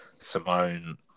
Simone